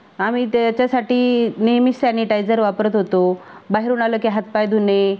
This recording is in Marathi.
आम्ही त्याच्यासाठी नेहेमीच सॅनिटायझर वापरत होतो बाहेरून आलं की हातपाय धुणे